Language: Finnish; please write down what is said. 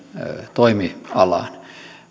toimialaan